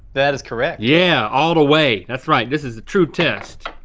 that is correct. yeah, all the way. that's right, this is a true test.